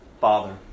Father